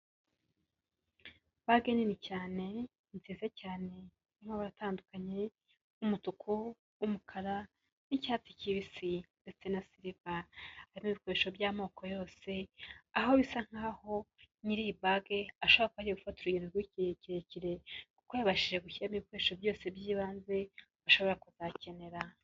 Ibage nini cyane, nziza cyane, irimo amabara atandukanye, umutuku, umukara, n'icyatsi kibisi ndetse na siriva, harimo ibikoresho by'amoko yose, aho bisa nk'aho nyiri iyi bage ashobora kuba agiye gufata urugendo rw'igihe kirekire, kuko yabashije gushyiramo ibikoresho byose by'ibanze ashobora kuzakenera.